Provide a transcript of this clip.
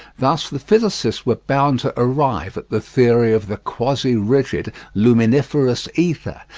thus the physicists were bound to arrive at the theory of the quasi-rigid luminiferous ether,